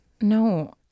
no